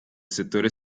settore